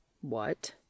What